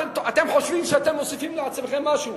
אתם חושבים שאתם מוסיפים לעצמכם משהו.